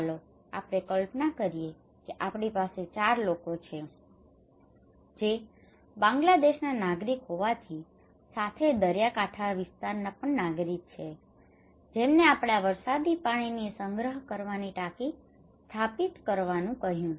ચાલો આપણે કલ્પના કરીએ કે આપણી પાસે ચાર લોકો છે જે બાંગ્લાદેશના નાગરિક હોવાથી સાથે દરિયાકાંઠા વિસ્તારના નાગરિક છે જેમને આપણે આ વરસાદી પાણીની સંગ્રહ કરવાની ટાંકી સ્થાપિત કરવાનું કહ્યું